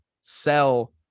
sell